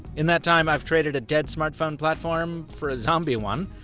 in that time, i've traded a dead smartphone platform for a zombie one,